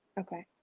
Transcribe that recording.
okay.